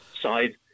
side